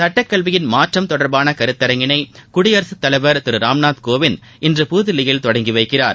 சுட்டக் கல்வியின் மாற்றம் தொடர்பானகருத்தரங்கினைகுடியரசுத் தலைவர் திருராம்நாத் கோவிந்த் இன்று புதுதில்லியில் தொடங்கிவைக்கிறார்